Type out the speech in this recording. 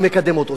הוא מקדם אותו.